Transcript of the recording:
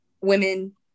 women